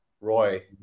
Roy